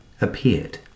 appeared